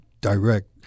direct